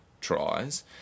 tries